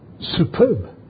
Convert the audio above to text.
superb